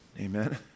amen